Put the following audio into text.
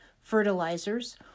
fertilizers